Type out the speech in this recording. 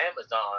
Amazon